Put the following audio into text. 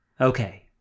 Okay